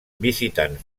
visitants